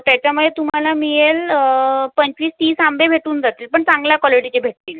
त्याच्यामुळे तुम्हाला मिळेल पंचवीस तीस आंबे भेटून जातील पण चांगल्या कॉलेटीचे भेटतील